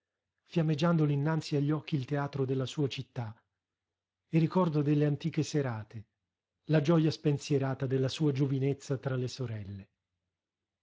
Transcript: fiammeggiandole innanzi agli occhi il teatro della sua città il ricordo delle antiche serate la gioja spensierata della sua giovinezza tra le sorelle